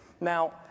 Now